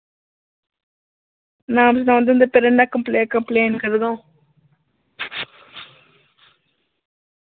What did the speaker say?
नाम सनाओ उं'दे उं'दे त्रोने कमप्ले कम्प्लेन करदो